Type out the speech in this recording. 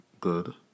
good